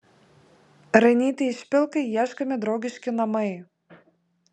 rainytei špilkai ieškomi draugiški namai